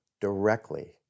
directly